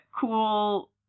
cool